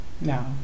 No